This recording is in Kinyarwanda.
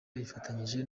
bifatanyije